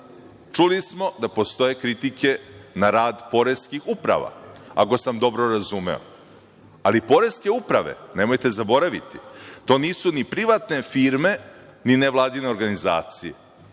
čuli smo da postoje kritike na rad poreskih uprava, ako sam dobro razumeo. Poreske uprave, nemojte zaboraviti, nisu privatne firme, ni nevladine organizacije.